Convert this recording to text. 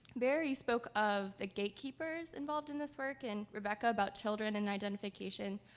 bear, you spoke of the gatekeepers involved in this work and rebecca, about children and identification.